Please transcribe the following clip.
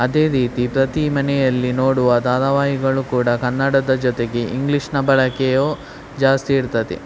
ಅದೇ ರೀತಿ ಪ್ರತಿ ಮನೆಯಲ್ಲಿ ನೋಡುವ ಧಾರಾವಾಹಿಗಳು ಕೂಡ ಕನ್ನಡದ ಜೊತೆಗೆ ಇಂಗ್ಲೀಷ್ನ ಬಳಕೆಯೂ ಜಾಸ್ತಿ ಇರ್ತದೆ